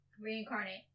Reincarnate